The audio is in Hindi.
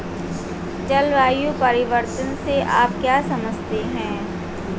जलवायु परिवर्तन से आप क्या समझते हैं?